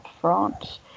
France